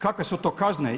Kakve su to kazne?